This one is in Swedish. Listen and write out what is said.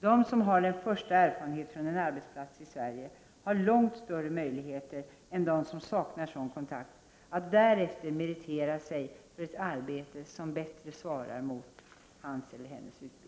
Den som har en första erfarenhet från en arbetsplats i Sverige har långt större möjlighet än den som saknar sådan kontakt att därefter meritera sig för ett arbete som bättre svarar mot hans eller hennes utbildning.